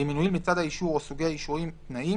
ואם מנויים לצד האישור או סוגי האישורים תנאים